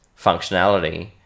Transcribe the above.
functionality